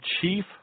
chief